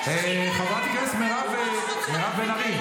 --- חברת הכנסת מירב בן ארי,